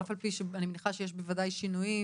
אף על פי שאני מניחה שיש בוודאי שינויים